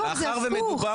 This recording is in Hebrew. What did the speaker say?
לא, זה הפוך.